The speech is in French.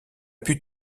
plus